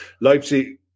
Leipzig